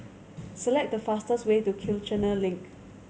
select the fastest way to Kiichener Link